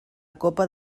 copa